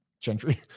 Gentry